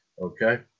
Okay